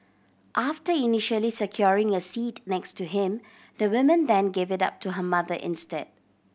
after initially securing a seat next to him the woman then gave it up to her mother instead